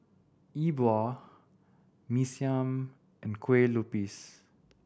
E Bua Mee Siam and Kuih Lopes